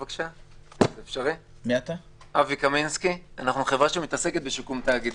אנחנו חברה שעוסקת בשיקום תאגידי.